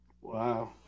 Wow